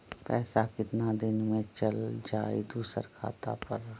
पैसा कितना दिन में चल जाई दुसर खाता पर?